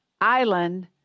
island